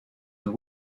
and